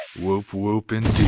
woop woop, and